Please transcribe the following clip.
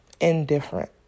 indifferent